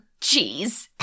jeez